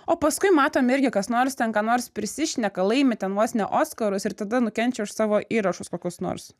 o paskui matom irgi kas nors ten ką nors prisišneka laimi ten vos ne oskarus ir tada nukenčia už savo įrašus kokius nors